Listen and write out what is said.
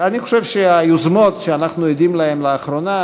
אני חושב שהיוזמות שאנחנו עדים להן לאחרונה